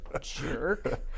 jerk